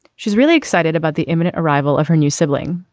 she's really excited about the imminent arrival of her new sibling.